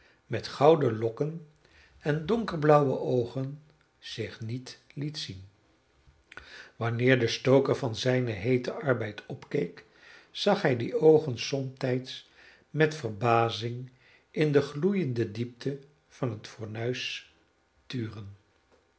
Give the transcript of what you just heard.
met gouden lokken en donkerblauwe oogen zich niet liet zien wanneer de stoker van zijnen heeten arbeid opkeek zag hij die oogen somtijds met verbazing in de gloeiende diepte van het fornuis turen